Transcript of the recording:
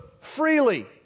freely